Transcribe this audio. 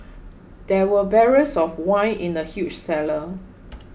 there were barrels of wine in the huge cellar